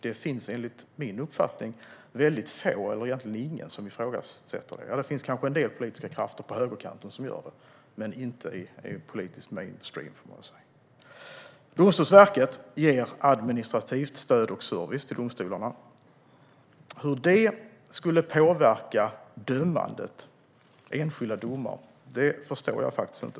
Det finns enligt min uppfattning väldigt få eller egentligen ingen som ifrågasätter den. Ja, det finns kanske en del politiska krafter på högerkanten som gör det, men ingen i politisk mainstream, får man väl säga. Domstolsverket ger administrativt stöd och service till domstolarna. Hur det skulle påverka dömandet och enskilda domar förstår jag faktiskt inte.